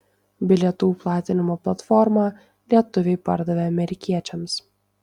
bilietų platinimo platformą lietuviai pardavė amerikiečiams